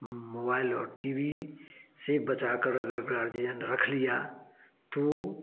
mobile और TV से बचाकर गार्जियन रख लिया तो